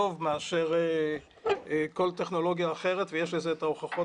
מאשר כל טכנולוגיה אחרת ויש לזה את ההוכחות